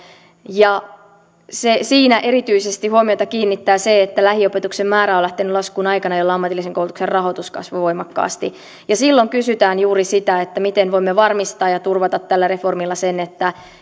ja siinä erityisesti huomiota kiinnittää se että lähiopetuksen määrä on lähtenyt laskuun aikana jolloin ammatillisen koulutuksen rahoitus kasvoi voimakkaasti silloin kysytään juuri sitä miten voimme varmistaa ja turvata tällä reformilla sen että